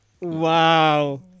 Wow